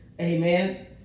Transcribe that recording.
Amen